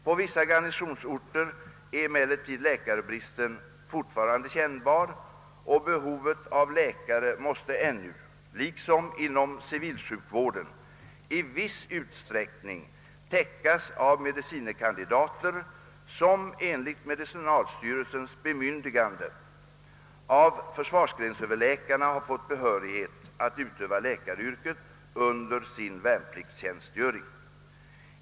På vissa garnisonsorter är emellertid läkarbristen fortfarande kännbar, och behovet av läkare måste ännu — liksom inom civilsjukvården — i viss utsträckning täckas av medicine kandidater, som enligt medicinalstyrelsens bemyndigande av försvarsgrensöverläkarna har fått behörighet att utöva läkaryrket under sin värnpliktstjänstgöring.